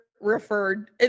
referred